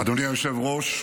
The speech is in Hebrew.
אדוני היושב-ראש,